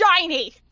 shiny